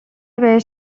بهش